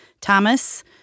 Thomas